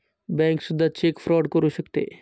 Bank सुद्धा cheque fraud करू शकते का?